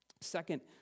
Second